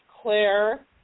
Claire